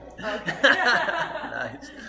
Nice